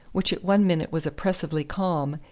which at one minute was oppressively calm,